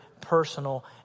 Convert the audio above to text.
personal